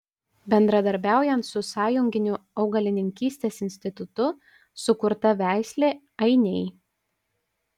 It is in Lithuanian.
bendradarbiaujant su sąjunginiu augalininkystės institutu sukurta veislė ainiai